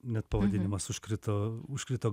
net pavadinimas užkrito užkrito